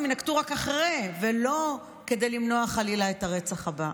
הם יינקטו רק אחרי ולא כדי למנוע חלילה את הרצח הבא.